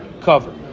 cover